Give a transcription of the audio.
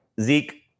Zeke